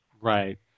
Right